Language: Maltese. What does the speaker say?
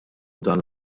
dan